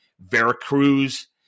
Veracruz